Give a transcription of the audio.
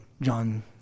John